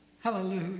Hallelujah